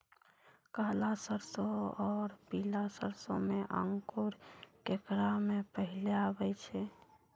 काला सरसो और पीला सरसो मे अंकुर केकरा मे पहले आबै छै?